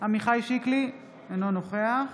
עמיחי שיקלי, אינו נוכח